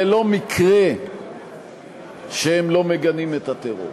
זה לא מקרה שהם לא מגנים את הטרור,